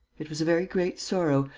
it was a very great sorrow,